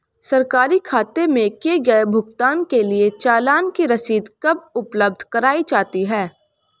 सरकारी खाते में किए गए भुगतान के लिए चालान की रसीद कब उपलब्ध कराईं जाती हैं?